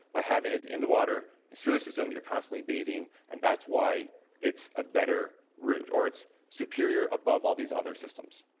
by having in the water through the system you're constantly bathing and that's why it's a better route or it's superior above all these other systems.